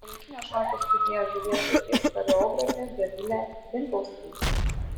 šiuolaikinio šokio studija žuvies akis choreografė dovilė binkauskaitė